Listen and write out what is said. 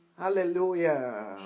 Hallelujah